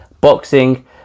boxing